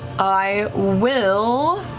i will